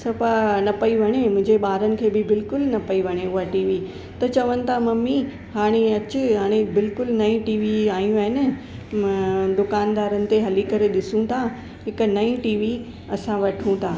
सफ़ा न पई वणे मुंहिंजे ॿारनि खे बि बिल्कुलु न पई वणे उहा टीवी त चवनि था ममी हाणे अच हाणे बिल्कुलु नई टीवी आयूं आहिनि मां दुकानदारनि ते हली करे ॾिसूं था हिकु नई टीवी असां वठूं था